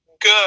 good